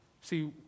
See